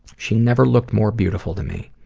she never looked more beautiful to me.